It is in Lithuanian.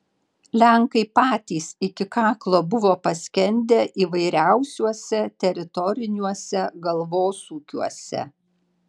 lenkai patys iki kaklo buvo paskendę įvairiausiuose teritoriniuose galvosūkiuose